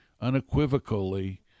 unequivocally